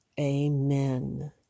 Amen